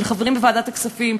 של חברים בוועדת הכספים.